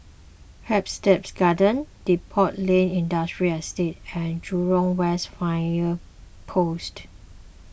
Hampstead Gardens Depot Lane Industrial Estate and Jurong West Fire Post